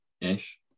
ish